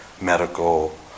medical